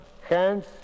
hands